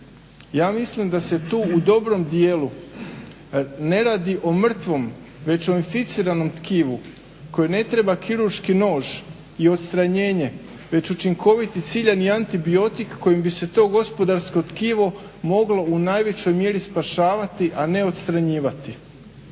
ja mislim da se tu u dobrom dijelu ne radi o mrtvom već o inficiranom tkivu kojem ne treba kirurški nož i odstranjenje već učinkovit i ciljani antibiotik kojim bi se to gospodarsko tkivo moglo u najvećoj mjeri spašavati, a ne odstranjivati.